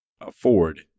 afford